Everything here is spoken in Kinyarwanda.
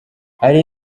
hari